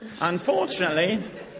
Unfortunately